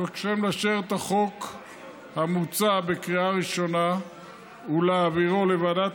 אבקשכם לאשר את החוק המוצע בקריאה ראשונה ולהעבירו לוועדת